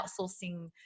outsourcing